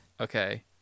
Okay